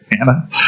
Anna